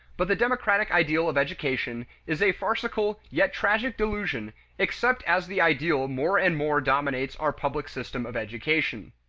but the democratic ideal of education is a farcical yet tragic delusion except as the ideal more and more dominates our public system of education.